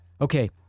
Okay